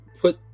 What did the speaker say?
put